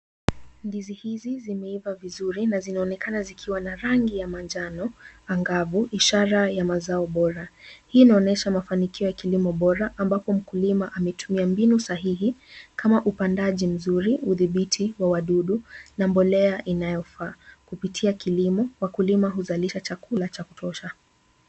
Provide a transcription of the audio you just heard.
Ndizi hizi zimeiva vizuri na zinaonekana zikiwa na rangi ya manjano angavu ishara ya mazao bora. Hii inaonyesha mafanikio ya kilimo bora ambapo mkulima ametumia mbinu sahihi kama upandaji mzuri, udhibiti wa wadudu na mbolea inayofaa. Kupitia kilimo wakulima huzalisha chakula cha kutosha.